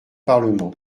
parlement